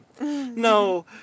No